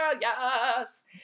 Yes